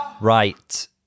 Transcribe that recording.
right